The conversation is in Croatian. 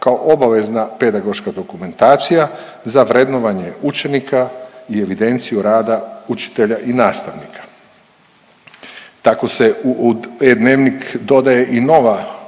kao obavezna pedagoška dokumentacija za vrednovanje učenika i evidenciju rada učitelja i nastavnika. Tako se u e-dnevnik dodaje i nova